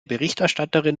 berichterstatterin